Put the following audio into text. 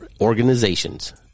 organizations